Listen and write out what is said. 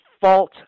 fault